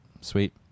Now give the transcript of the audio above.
Sweet